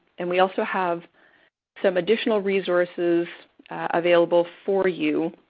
and we also have some additional resources available for you